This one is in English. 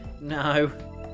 No